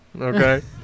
Okay